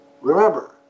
remember